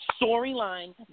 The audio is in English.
storyline